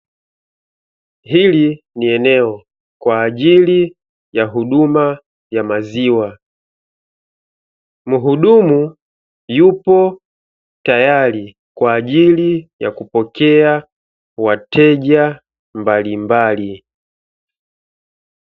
Hili ni eneo kwa ajili ya huduma ya maziwa, mhudumu yupo tayari, kwa ajili ya kupokea wateja mbalimbali.